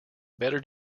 better